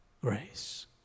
grace